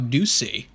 Ducey